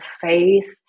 faith